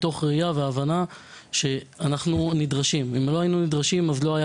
מתוך ראייה והבנה שאנחנו נדרשים אם לא היינו נדרשים אז לא היו